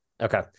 Okay